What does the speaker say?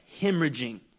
hemorrhaging